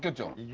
don't